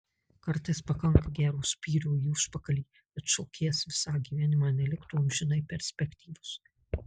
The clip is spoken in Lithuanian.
kartais pakanka gero spyrio į užpakalį kad šokėjas visą gyvenimą neliktų amžinai perspektyvus